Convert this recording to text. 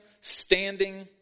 standing